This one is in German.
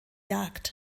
jagd